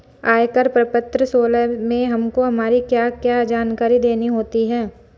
आयकर प्रपत्र सोलह में हमको हमारी क्या क्या जानकारी देनी होती है?